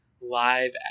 live